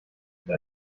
mit